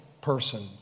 person